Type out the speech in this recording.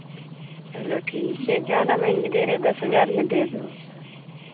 चलो ठीक है ज्यादा महंगी दे रहे हो दस हज़ार में दे दो